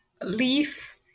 leaf